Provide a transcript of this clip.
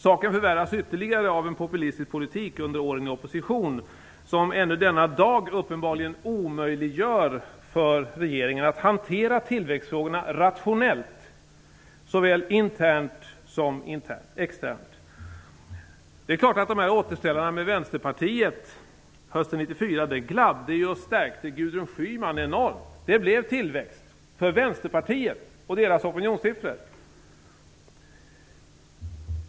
Saken förvärras ytterligare av att en populistisk politik under åren i opposition ännu i denna dag uppenbarligen omöjliggör för regeringen att hantera tillväxtfrågorna rationellt såväl internt som externt. Det är klart att återställarna med Vänsterpartiet hösten 1994 gladde och stärkte Gudrun Schyman enormt. Det blev tillväxt för Vänsterpartiet och dess opinonssiffror.